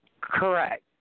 Correct